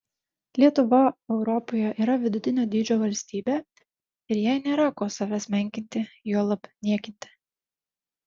lietuva europoje yra vidutinio dydžio valstybė ir jai nėra ko savęs menkinti juolab niekinti